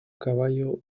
caballo